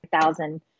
thousand